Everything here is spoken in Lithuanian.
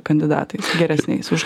kandidatais geresniais už